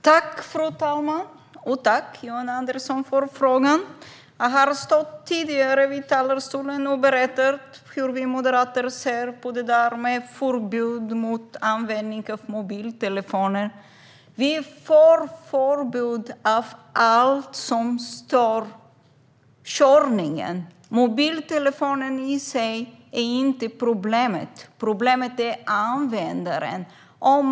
Fru talman! Tack, Johan Andersson, för frågan! Jag har tidigare här från talarstolen berättat hur vi moderater ser på förbud mot användning av mobiltelefoner. Vi är för förbud mot allt som stör körningen. Mobiltelefonen i sig är inte problemet, utan det är användaren.